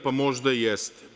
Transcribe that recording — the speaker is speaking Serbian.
Pa, možda jeste.